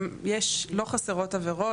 לא חסרות עבירות,